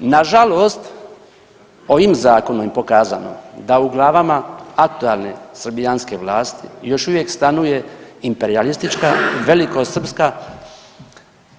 Nažalost, ovim zakonom je pokazano da u glavama aktualne srbijanske vlasti još uvijek stanuje imperijalistička velikosrpska